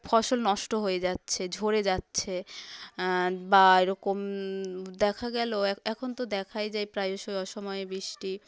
ফসল নষ্ট হয়ে যাচ্ছে ঝরে যাচ্ছে বা এরকম দেখা গেল এখন তো দেখাই যাই প্রায়শই অসময়ে বৃষ্টি